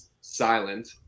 silent